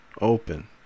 open